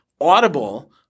Audible